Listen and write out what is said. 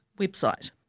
website